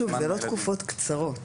אלה לא תקופות קצרות.